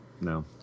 no